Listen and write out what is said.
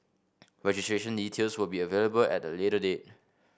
registration details will be available at a later date